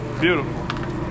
Beautiful